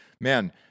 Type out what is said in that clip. man